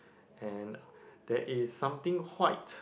and there is something white